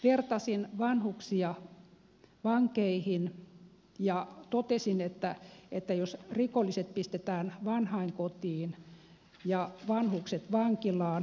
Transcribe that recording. vertasin vanhuksia vankeihin ja totesin mitä siitä seuraisi jos rikolliset pistetään vanhainkotiin ja vanhukset vankilaan